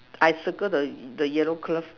I circle the yellow glove